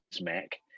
Mac